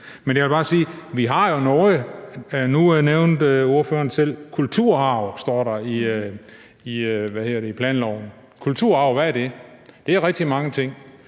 Men jeg vil bare sige, at vi har noget. Nu nævnte ordføreren selv, at der står kulturarv i planloven. Kulturarv, hvad er det? Det er rigtig mange ting,